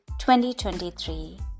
2023